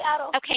Okay